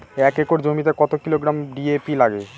এক একর জমিতে কত কিলোগ্রাম ডি.এ.পি লাগে?